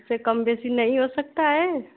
उससे कमो बेशी नहीं हो सकता है